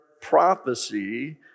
prophecy